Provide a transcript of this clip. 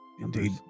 Indeed